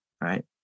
right